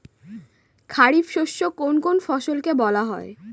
খারিফ শস্য কোন কোন ফসলকে বলা হয়?